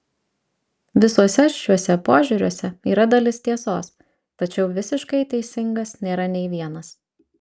visuose šiuose požiūriuose yra dalis tiesos tačiau visiškai teisingas nėra nei vienas